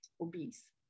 obese